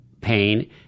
pain